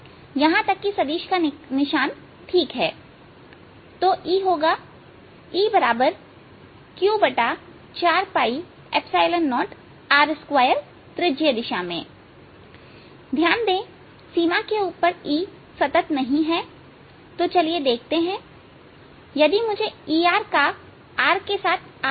यहां तक कि सदिश का निशान ठीक है तो E होगा EQ40r2त्रिज्यीय दिशा में ध्यान दें कि सीमा के ऊपर E सतत नहीं है तो चलिए देखते हैं कि यदि मुझे Er का r के साथ आरेख बनाना है यहां rr है